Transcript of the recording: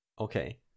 Okay